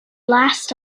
last